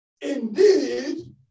indeed